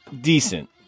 decent